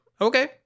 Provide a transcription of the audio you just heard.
okay